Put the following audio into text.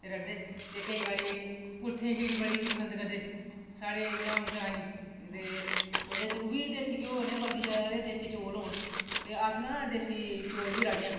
ते केईं बारी कुल्थें दी खिचड़ी बड़ी पसंद करदे साढ़े इ'यां ग्रांईं ते ओह्दे च ओह्बी देसी घ्योऽ कन्नै गै बनदियां ते देसी चौल होन ते अस ना देसी चौल बी राह्न्ने आं